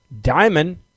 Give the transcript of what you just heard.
diamond